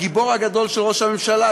הגיבור הגדול של ראש הממשלה,